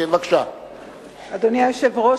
אדוני היושב-ראש,